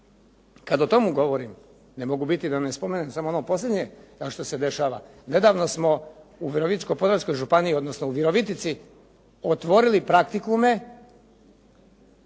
kada o tomu govorim ne mogu biti da ne spomenem samo ono posljednje što se dešava. Nedavno smo u Virovitičko-podravskoj